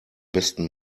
besten